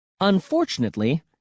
Unfortunately